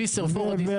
ג'יסר וכולי.